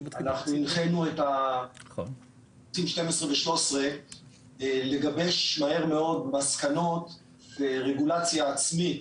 הנחנו את ערוצים 12 ו-13 לגבש מהר מאוד מסקנות רגולציה עצמית.